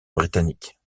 britanniques